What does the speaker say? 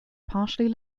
partially